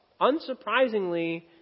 Unsurprisingly